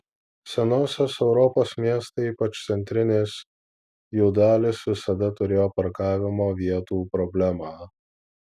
senosios europos miestai ypač centrinės jų dalys visada turėjo parkavimo vietų problemą